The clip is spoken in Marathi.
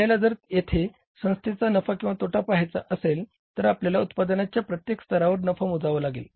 आपल्याला जर येथे संस्थेच्या नफा किंवा तोटा पहायचा असेल तर आपल्याला उत्पादनाच्या प्रत्येक स्तरावर नफा मोजावा लागेल